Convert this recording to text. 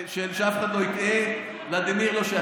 שאף אחד לא יטעה, ולדימיר לא שייך.